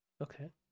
okay